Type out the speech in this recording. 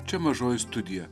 čia mažoji studija